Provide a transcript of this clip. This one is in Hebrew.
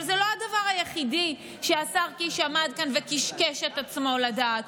אבל זה לא הדבר היחיד שעליו השר קיש עמד כאן וקשקש את עצמו לדעת.